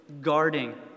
guarding